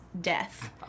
death